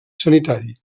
sanitari